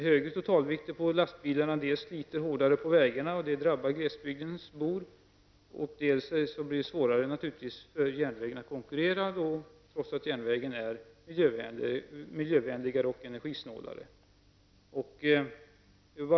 Högre totalvikter på lastbilarna sliter hårdare på vägarna, vilket drabbar glesbygdsborna. Det blir naturligtvis också svårare för järnvägen att konkurrera, trots att järnvägen är miljövänligare och energisnålare.